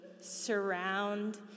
surround